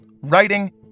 writing